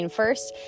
first